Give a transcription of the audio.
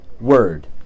word